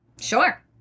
Sure